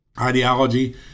ideology